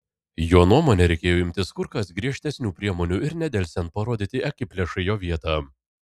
jo nuomone reikėjo imtis kur kas griežtesnių priemonių ir nedelsiant parodyti akiplėšai jo vietą